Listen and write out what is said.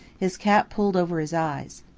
his cap pulled over his eyes.